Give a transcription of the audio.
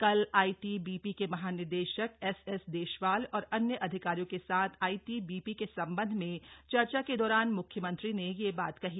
कल आईटीबीपी के महानिदेशक एसएसदेशवाल और अन्य अधिकारियों के साथ आइटीबीपी के संबंध में चर्चा के दौरान मुख्यमंत्री ने यह बात कही